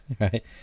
right